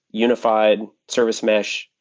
unified service mesh.